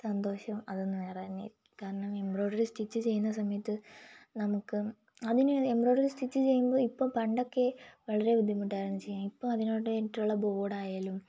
സന്തോഷം അതൊന്ന് വേറെ തന്നെയായിരിക്കും കാരണം എംബ്രോയ്ഡറി സ്റ്റിച്ച് ചെയ്യുന്ന സമയത്ത് നമുക്ക് അതിന് എംബ്രോയ്ഡറി സ്റ്റിച്ച് ചെയ്യുമ്പോൾ ഇപ്പം പണ്ടൊക്കെ വളരെ ബുദ്ധിമുട്ടായിരുന്നു ചെയ്യാൻ ഇപ്പോൾ അതിന് വേണ്ടിയിട്ടുള്ള ബോഡായാലും